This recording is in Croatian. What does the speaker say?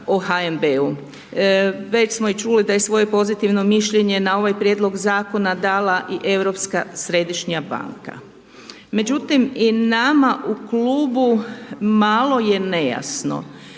HNB-u. Već smo i čuli da je svoje pozitivno mišljenje na ovaj prijedlog zakona dala i Europska središnja banka. Međutim i nama u klubu malo je nejasno,